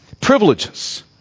privileges